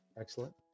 Excellent